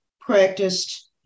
practiced